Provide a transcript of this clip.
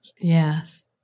Yes